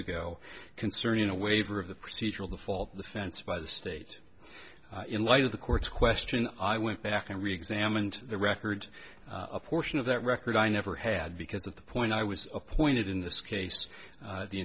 ago concerning a waiver of the procedural default the fence by the state in light of the court's question i went back and reexamined the record a portion of that record i never had because of the point i was appointed in this case